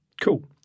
Cool